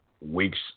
weeks